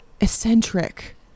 eccentric